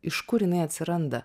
iš kur jinai atsiranda